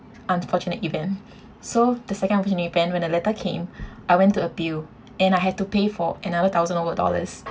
unfortunate event so the second opportunity when a letter came I went to appeal and I had to pay for another thousand over dollars